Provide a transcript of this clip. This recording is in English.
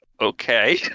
okay